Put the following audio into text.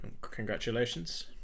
Congratulations